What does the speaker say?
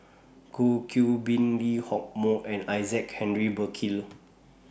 Goh Qiu Bin Lee Hock Moh and Isaac Henry Burkill